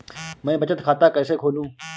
मैं बचत खाता कैसे खोलूँ?